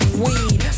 weed